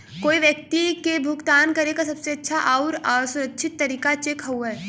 कोई व्यक्ति के भुगतान करे क सबसे अच्छा आउर सुरक्षित तरीका चेक हउवे